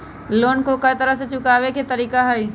कोन को तरह से लोन चुकावे के तरीका हई?